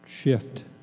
shift